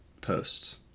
posts